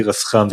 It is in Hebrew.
תירס חם,